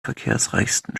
verkehrsreichsten